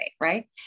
Right